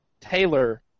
Taylor